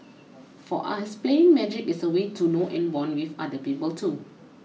for us playing magic is a way to know and bond with other people too